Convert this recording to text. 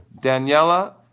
Daniela